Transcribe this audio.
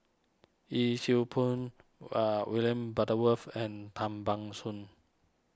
Yee Siew Pun Are William Butterworth and Tan Ban Soon